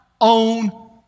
own